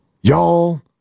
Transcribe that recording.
Y'all